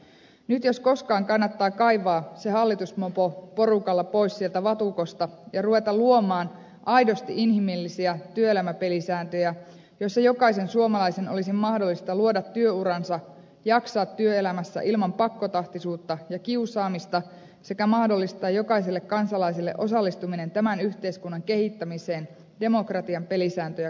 nyt jos koskaan kannattaa kaivaa se hallitusmopo porukalla pois sieltä vatukosta ja ruveta luomaan aidosti inhimillisiä työelämäpelisääntöjä joilla jokaisen suomalaisen olisi mahdollista luoda työuransa jaksaa työelämässä ilman pakkotahtisuutta ja kiusaamista sekä mahdollistaa jokaiselle kansalaiselle osallistuminen tämän yhteiskunnan kehittämiseen demokratian pelisääntöjä kunnioittaen